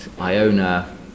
Iona